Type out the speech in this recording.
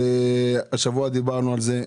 השבוע דיברנו על זה.